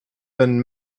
been